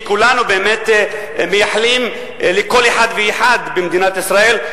שכולנו באמת מייחלים לו אצל כל אחד ואחד במדינת ישראל,